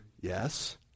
yes